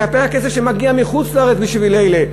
כלפי הכסף שמגיע מחוץ-לארץ בשביל אלה.